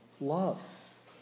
loves